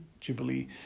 Jubilee